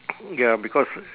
ya because